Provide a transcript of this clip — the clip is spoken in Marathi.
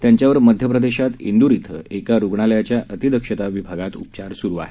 त्यांच्यावर मध्य प्रदेशात ड्वैर क्वै का रुग्णालयाच्या अतिदक्षता विभागात उपचार सुरू आहेत